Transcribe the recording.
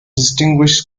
distinguished